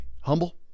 humble